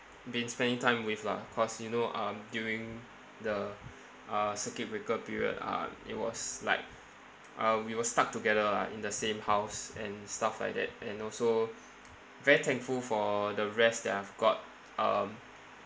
been spending time with lah cause you know um during the uh circuit breaker period uh it was like uh we were stuck together lah in the same house and stuff like that and also very thankful for the rest that I've got um